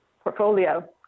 portfolio